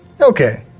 Okay